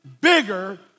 bigger